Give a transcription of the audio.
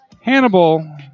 Hannibal